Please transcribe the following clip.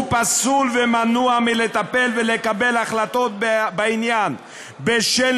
הוא פסול ומנוע מלטפל ולקבל החלטות בעניין בשל